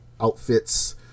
outfits